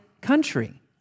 country